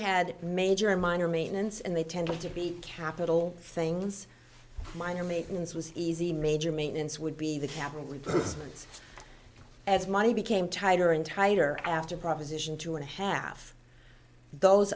had major minor maintenance and they tended to be capital things minor maintenance was easy major maintenance would be the capital replacements as money became tighter and tighter after proposition two and a half those